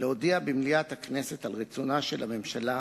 להודיע במליאת הכנסת על רצונה של הממשלה